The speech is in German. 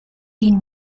die